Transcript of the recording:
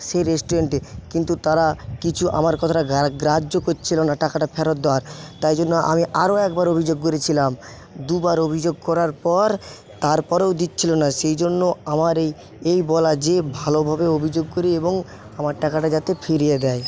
সে রেস্টুরেন্টে কিন্তু তারা কিছু আমার কথাটা গ্রাহ্য করছিলো না টাকাটা ফেরত দেওয়ার তাই জন্য আমি আরও একবার অভিযোগ করেছিলাম দুবার অভিযোগ করার পর তারপরেও দিচ্ছিল না সেই জন্য আমার এই এই বলা যে ভালোভাবে অভিযোগ করে এবং আমার টাকাটা যাতে ফিরিয়ে দেয়